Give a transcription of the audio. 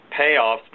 payoffs